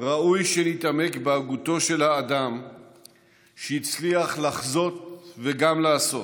ראוי שנתעמק בהגותו של האדם שהצליח לחזות וגם לעשות,